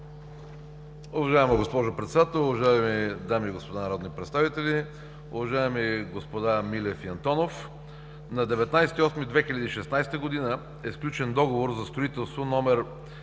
Уважаема госпожо Председател, уважаеми дами и господа народни представители, уважаеми господа Милев и Антонов! На 19 август 2016 г. е сключен договор за строителство №